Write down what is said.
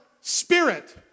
spirit